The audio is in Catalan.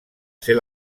ser